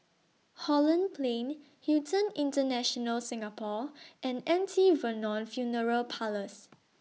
Holland Plain Hilton International Singapore and M T Vernon Funeral Parlours